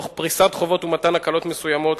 תוך פריסת חובות ומתן הקלות מסוימות,